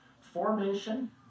Formation